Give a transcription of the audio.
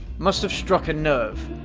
must have struck a nerve.